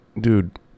dude